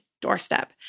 doorstep